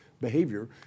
behavior